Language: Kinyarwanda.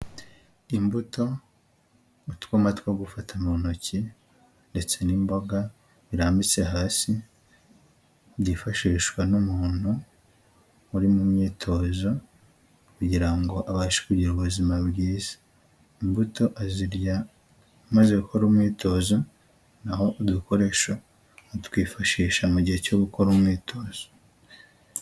Imbuto n'utwuma two gufata mu ntoki ndetse n'imboga irambitse hasi byifashishwa n'umuntu uri mu myitozo kugira ngo abashe kugira ubuzima, imbuto azirya amaze gukora umwitozo naho udukoresho atwifashisha mu gihe cyo gukora umwitozo.